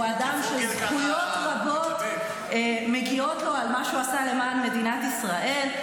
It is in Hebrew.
והוא אדם שזכויות רבות מגיעות לו על מה שהוא עשה למען מדינת ישראל.